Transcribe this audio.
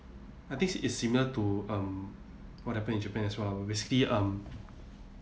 I think s~ it's similar to um what happened in japan as well basically um